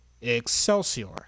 Excelsior